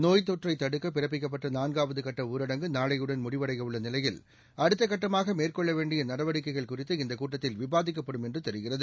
நோய்த்தொற்றை தடுக்க பிறப்பிக்கப்பட்ட நான்காவது கட்ட ஊரடங்கு நாளையுடன் முடிவடைய உள்ள நிலையில் அடுத்தக்கட்டமாக மேற்கொள்ள வேண்டிய நடவடிக்கைகள் குறித்து இந்த கூட்டத்தில் விவாதிக்கப்படும் என்று தெரிகிறது